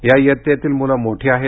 या इयत्तेतील मुलं मोठी आहेत